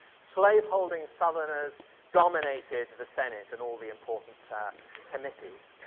slaveholding southerners dominated the senate and all the important committees.